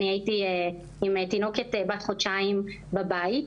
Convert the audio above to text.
אני הייתי עם תינוקת בת חודשיים בבית.